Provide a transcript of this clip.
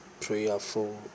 prayerful